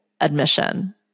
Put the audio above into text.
admission